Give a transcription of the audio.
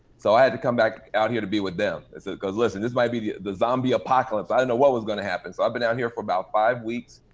so i had to come back out here to be with them. cause listen, this might be the the zombie apocalypse. i don't know what was gonna happen. so i've been down here for about five weeks.